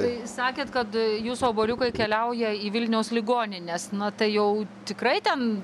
tai sakėt kad jūsų obuoliukai keliauja į vilniaus ligonines na tai jau tikrai ten